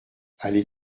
allée